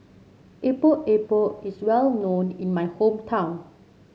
Epok Epok is well known in my hometown